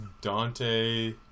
Dante